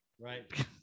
Right